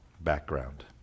background